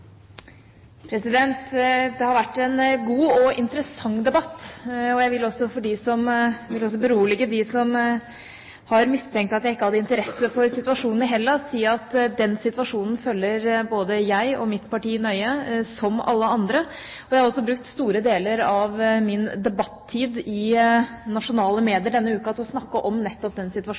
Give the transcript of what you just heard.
Det har vært en god og interessant debatt, og jeg vil berolige dem som har mistenkt at jeg ikke har interesse for situasjonen i Hellas, og si at den situasjonen følger både jeg og mitt parti nøye, som alle andre. Jeg har også brukt store deler av min debattid i nasjonale medier denne uka til å snakke om nettopp denne situasjonen, fordi den